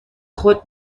خود